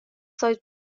سایز